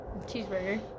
cheeseburger